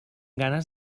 ganes